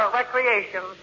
recreation